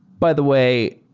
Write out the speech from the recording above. by the way,